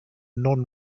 non